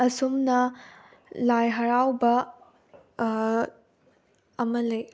ꯑꯁꯨꯝꯅ ꯂꯥꯏ ꯍꯔꯥꯎꯕ ꯑꯃ ꯂꯩ